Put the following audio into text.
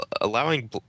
allowing